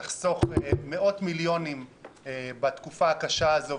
שתחסוך מאות מיליונים בתקופה הקשה הזאת,